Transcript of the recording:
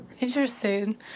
Interesting